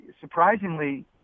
surprisingly